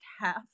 half